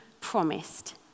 promised